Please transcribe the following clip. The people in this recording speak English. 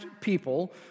people